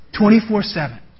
24-7